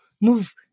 move